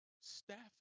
staffing